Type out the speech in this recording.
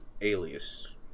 Alias